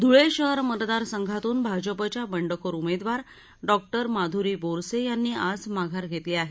धुळे शहर मतदारसंघातून भाजपच्या बंडखोर उमेदवार डॉ माधुरी बोरसे यांनी आज माघार घेतली आहे